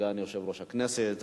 סגן יושב-ראש הכנסת.